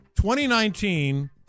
2019